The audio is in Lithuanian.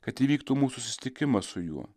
kad įvyktų mūsų susitikimas su juo